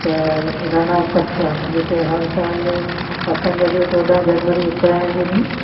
त रण ऑफ कच्छ आहे जिते हर सालु पतंग जो चौॾहं जनवरी उतरायण जे ॾींहुं